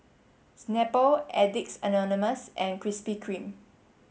Snapple Addicts Anonymous and Krispy Kreme